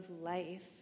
life